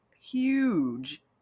huge